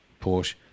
Porsche